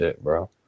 bro